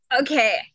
Okay